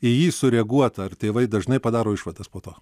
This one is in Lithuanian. į jį sureaguota ar tėvai dažnai padaro išvadas po to